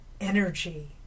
Energy